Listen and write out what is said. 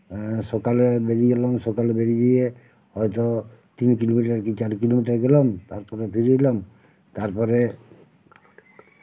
সকালে বেরিয়ে গেলাম সকালে বেরিয়ে গিয়ে হয় তো তিন কিলোমিটার কি চার কিলোমিটার গেলাম তারপরে ফিরে এলাম তারপরে